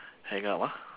hang up ah